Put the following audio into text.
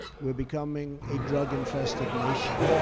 we're becoming a drug-infested nation.